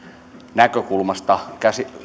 näkökulmasta